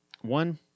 One